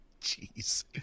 Jeez